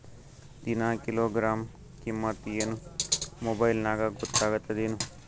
ದಿನಾ ಕಿಲೋಗ್ರಾಂ ಕಿಮ್ಮತ್ ಏನ್ ಮೊಬೈಲ್ ನ್ಯಾಗ ಗೊತ್ತಾಗತ್ತದೇನು?